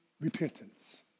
repentance